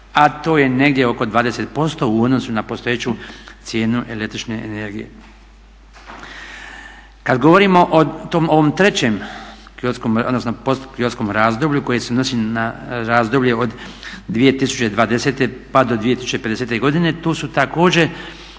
a to je negdje oko 20% u odnosu na postojeću cijenu električne energije. Kad govorimo o ovom trećem kyotskom odnosno postkyotskom razdoblju koje se odnosi na razdoblje od 2020. pa do 2050. godine, tu su također